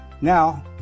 Now